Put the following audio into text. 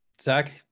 Zach